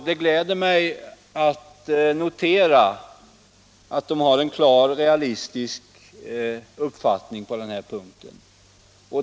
Det gläder mig att kunna notera att de har en klar realistisk uppfattning.